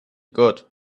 good